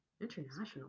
international